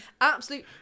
absolute